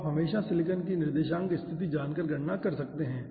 तो आप हमेशा सिलिकॉन की निर्देशांक स्थिति जानकर गणना कर सकते हैं